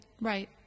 Right